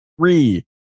three